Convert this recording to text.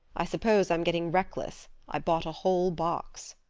i suppose i'm getting reckless i bought a whole box.